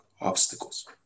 obstacles